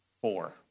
four